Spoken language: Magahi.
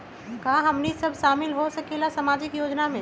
का हमनी साब शामिल होसकीला सामाजिक योजना मे?